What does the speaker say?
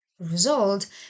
result